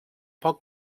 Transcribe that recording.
pot